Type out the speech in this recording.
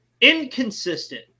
inconsistent